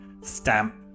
stamp